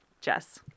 Jess